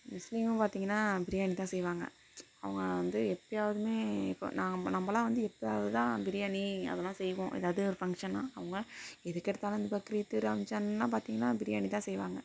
முஸ்லீமும் பார்த்திங்கன்னா பிரியாணி தான் செய்வாங்கள் அவங்க வந்து எப்போயாவதுமே இப்போ நாம் நம்பளாம் வந்து எப்போயாவது தான் பிரியாணி அதெல்லாம் செய்வோம் ஏதாவது ஒரு ஃபங்க்ஷன்னால் அவங்களாம் எதுக்கெடுத்தாலும் அந்த பக்ரீத்து ரம்ஜான்னா பார்த்திங்கன்னா பிரியாணி தான் செய்வாங்கள்